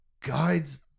guides